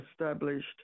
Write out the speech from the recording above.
established